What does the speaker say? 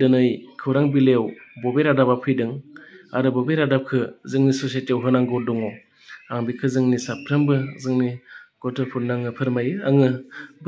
दिनै खौरां बिलाइआव बबे रादाबा फैदों आरो बबे रादाबखौ जोङो ससाइटियाव होनांगौ दङ आं बेखौ जोंनि साफ्रोमबो जोंनि गथ'फोरनो आङो फोरमायो आङो